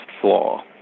flaw